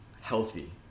healthy